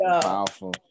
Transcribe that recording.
powerful